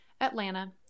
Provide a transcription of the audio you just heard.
Atlanta